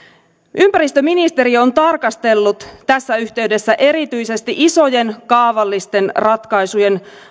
ympäristöministeriö on tarkastellut tässä yhteydessä erityisesti isojen kaavallisten ratkaisujen